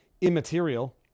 immaterial